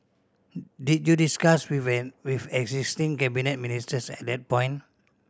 did you discuss with an with existing cabinet ministers at that point